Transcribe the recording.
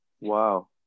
wow